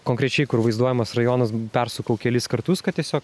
konkrečiai kur vaizduojamas rajonas persukau kelis kartus kad tiesiog